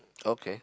okay